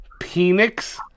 Penix